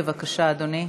בבקשה, אדוני.